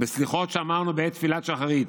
בסליחות שאמרנו בעת תפילת שחרית,